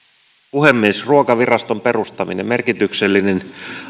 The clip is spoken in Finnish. puhemies ruokaviraston perustaminen merkityksellinen